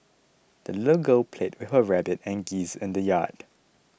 the little girl played with her rabbit and geese in the yard